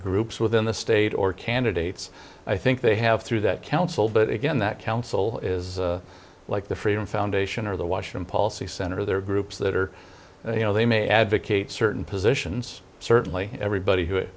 groups within the state or candidates i think they have through that council but again that council is like the freedom foundation or the washroom policy center there are groups that are you know they may advocate certain positions certainly everybody who